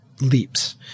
leaps